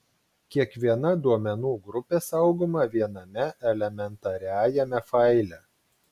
kiekviena duomenų grupė saugoma viename elementariajame faile